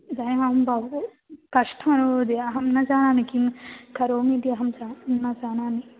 इदानीम् अहं भवद् कष्टमनुभवामि अहं न जानामि किं करोमि इति अहं च न जानामि